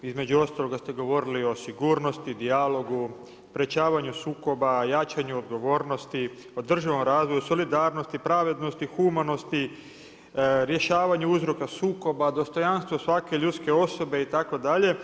Između ostalog ste govorili o sigurnosti, dijalogu, sprječavanju sukoba, jačanju odgovornosti, održivom razvoju, solidarnosti, pravednosti, humanosti, rješavanju uzroka sukoba, dostojanstvo svake ljudske osobe itd.